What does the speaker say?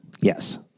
Yes